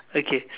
okay